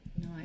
no